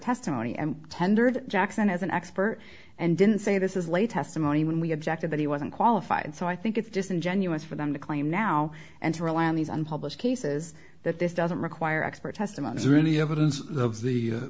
testimony and tendered jackson as an expert and didn't say this is lay testimony when we objected that he wasn't qualified so i think it's disingenuous for them to claim now and to rely on these unpublished cases that this doesn't require expert testimony is really evidence of the